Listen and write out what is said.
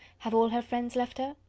have all her friends left her?